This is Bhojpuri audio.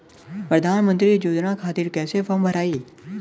प्रधानमंत्री योजना खातिर कैसे फार्म भराई?